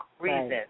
reason